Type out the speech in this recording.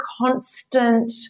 constant